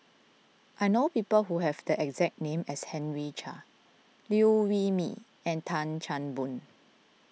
I know people who have the exact name as Henry Chia Liew Wee Mee and Tan Chan Boon